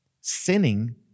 sinning